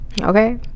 Okay